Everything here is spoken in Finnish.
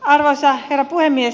arvoisa herra puhemies